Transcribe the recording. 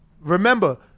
remember